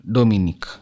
Dominic